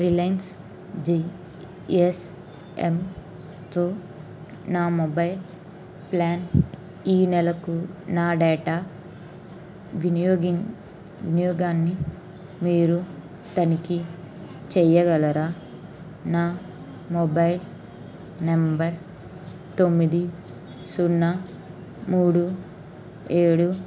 Reliance జీ ఎస్ ఎంతో నా మొబైల్ ప్లాన్ ఈ నెలకు నా డేటా వినియోగిన్ వినియోగాన్ని మీరు తనిఖీ చేయగలరా నా మొబైల్ నెంబర్ తొమ్మిది సున్నా మూడు ఏడు